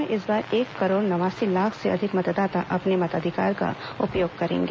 प्रदेश में इस बार एक करोड़ नवासी लाख से अधिक मतदाता अपने मताधिकार का उपयोग करेंगे